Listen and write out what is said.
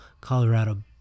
Colorado